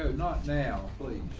not now, please.